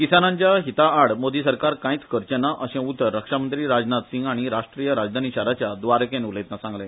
किसानाच्या हिताआड मोदी सरकार कांयच करचेना अशे उतर रक्षामंत्री राजनाथ सिंह हाणी राष्ट्रीय राजधानी शाराच्या व्दारकेन उलयतना सांगले